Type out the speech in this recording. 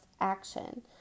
action